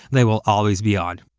they will always be on.